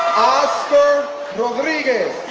oscar rodriguez